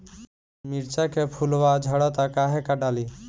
मिरचा के फुलवा झड़ता काहे का डाली?